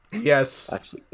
Yes